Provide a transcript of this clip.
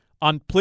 on